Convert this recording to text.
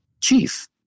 chief